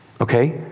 Okay